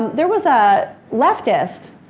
there was a leftist,